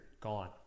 Gone